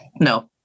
no